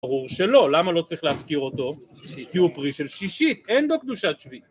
ברור שלא, למה לא צריך להזכיר אותו? כי הוא פרי של שישית, אין בו קדושת שביעית